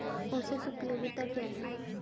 औसत उपयोगिता क्या है?